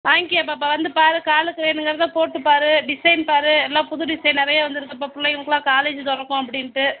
வாங்க்கீறியா பாப்பா வந்து பாரு காலுக்கு வேணுங்கிறத போட்டுப்பாரு டிசைன் பாரு எல்லாம் புது டிசைன் நிறைய வந்துருக்குது இப்போ பிள்ளைகளுக்குலாம் காலேஜ் திறக்கும் அப்படின்ட்டு